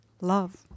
love